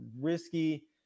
risky